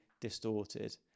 distorted